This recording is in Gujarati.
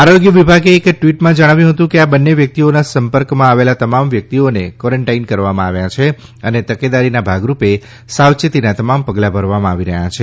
આરોગ્ય વિભાગે એક ટ્વીટમાં જણાવ્યું હતું કે આ બંને વ્યક્તિઓના સંપર્કમાં આવેલા તમામ વ્યક્તિઓને કોરેન્ટાઈન કરવામાં આવ્યા છે અને તકેદારીના ભાગરૂપે સાવચેતીના તમામ પગલાં ભરવામાં આવી રહ્યા છે